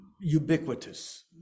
ubiquitous